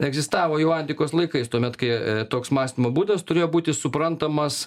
egzistavo jau antikos laikais tuomet kai toks mąstymo būdas turėjo būti suprantamas